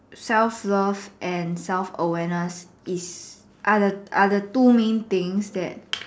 self love and self awareness is are the are the two main things that